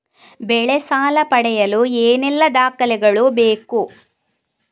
ಬೆಳೆ ಸಾಲ ಪಡೆಯಲು ಏನೆಲ್ಲಾ ದಾಖಲೆಗಳು ಬೇಕು?